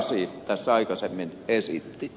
sasi tässä aikaisemmin esitti